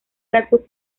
rasgos